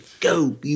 go